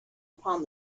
upon